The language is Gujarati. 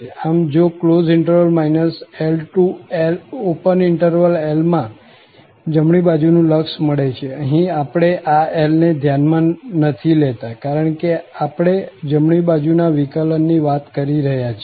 આમ જો LL માં જમણી બાજુનું લક્ષ મળે અહીં આપણે આ L ને ધ્યાન માં નથી લીધા કારણ કે આપણે જમણી બાજુ ના વિકલન ની વાત કરી રહ્યા છીએ